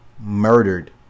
murdered